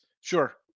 Sure